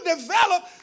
develop